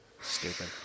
Stupid